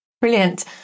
Brilliant